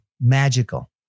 magical